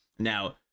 Now